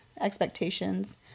expectations